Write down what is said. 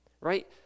right